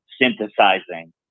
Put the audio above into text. synthesizing